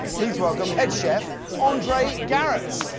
please welcome head chef andre garrett.